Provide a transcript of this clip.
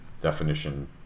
definition